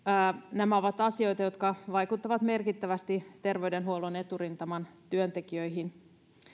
nämä ovat asioita jotka vaikuttavat merkittävästi terveydenhuollon eturintaman työntekijöihin